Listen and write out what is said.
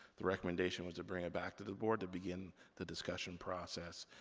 the recommendation was to bring it back to the board, to begin the discussion process.